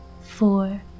four